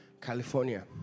California